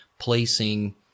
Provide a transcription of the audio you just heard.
placing